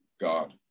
God